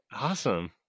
awesome